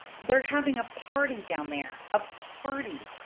they're having a party down there a party,